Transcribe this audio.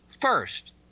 first